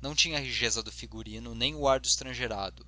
não tinha a rijeza do figurino nem o ar do estrangeirado